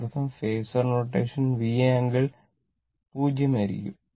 ഇതിനർത്ഥം phasor notation V angle 0o ആയിരിക്കും